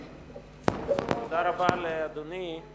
תודה רבה לאדוני.